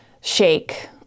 shake